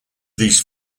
these